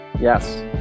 yes